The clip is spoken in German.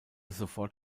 sofort